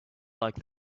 like